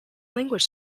language